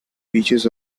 beaches